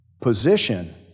position